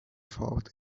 thought